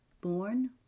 born